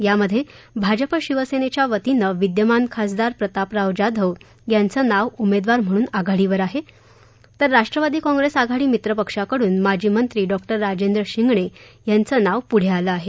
यामध्ये भाजप शिवसेनेच्या वतीनं विद्यमान खासदार प्रतापराव जाधव यांचं नाव ऊमेदवारी म्हणून आघाडीवर आहे तर राष्ट्रवादी काँग्रेस आघाडी मित्रपक्षकडून माजी मंत्री डॉ राजेंद्र शिंगणे यांचे नाव पुढे आले आहे